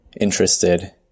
interested